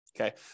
Okay